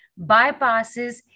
bypasses